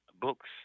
books